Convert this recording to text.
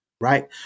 right